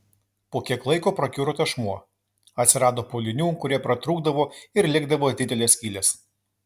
po kiek laiko prakiuro tešmuo atsirado pūlinių kurie pratrūkdavo ir likdavo didelės skylės